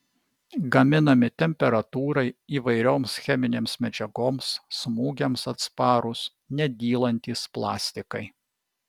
gaminami temperatūrai įvairioms cheminėms medžiagoms smūgiams atsparūs nedylantys plastikai